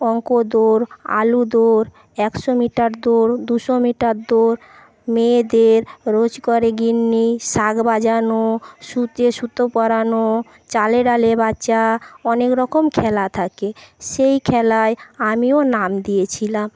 অঙ্ক দৌড় আলু দৌড় একশো মিটার দৌড় দুশো মিটার দৌড় মেয়েদের রোজগেরে গিন্নি শাঁখ বাজানো সূচে সুতো পরানো চালে ডালে বাঁচা অনেক রকম খেলা থাকে সেই খেলায় আমিও নাম দিয়েছিলাম